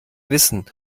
wissen